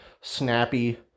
snappy